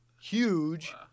huge